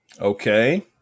Okay